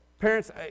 parents